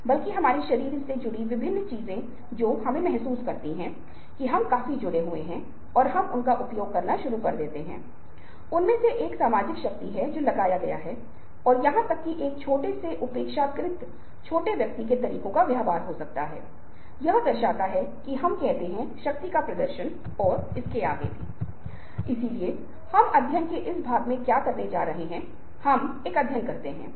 पहले आपको संगीत सुनने का शौक नहीं था अब आपको संगीत सुनने का शौक है आपके रवैया को संशोधित किया गया है और यह प्रतीकात्मक रूप से कुछ संदेशों के माध्यम से किया गया है जिनके माध्यम से संचार किया गया है वह शब्द चित्र गैर मौखिक संचार विज्ञापन संगीत आदि हो सकते हैं